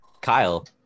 Kyle